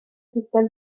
sustem